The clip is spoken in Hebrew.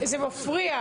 זה מפריע לי.